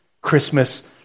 Christmas